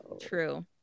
True